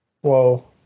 Whoa